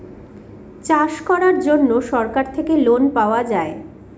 চাষ করার জন্য সরকার থেকে লোন পাওয়া যায়